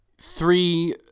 three